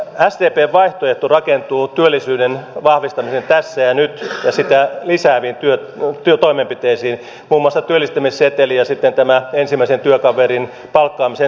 sdpn vaihtoehto rakentuu työllisyyden vahvistamiseen tässä ja nyt ja sitä lisääviin toimenpiteisiin muun muassa työllistämisseteli ja tämä ensimmäisen työkaverin palkkaamisen tuki